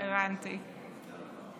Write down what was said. אמרתי גם אשתי, לא אמרתי, הבנתי.